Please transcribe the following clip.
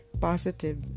positive